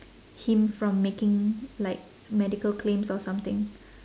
him from making like medical claims or something